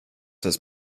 says